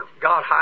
God